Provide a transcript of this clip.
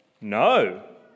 No